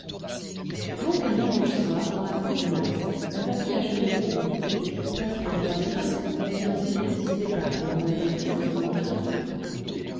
donc un dimanche soir dans la cour du mas la famille achevait de dîner c'était presque un repas de noces la fiancée n'y assistait pas mais on avait bu en son honneur tout le temps